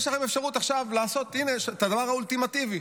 יש לכם אפשרות לעשות עכשיו את הדבר האולטימטיבי.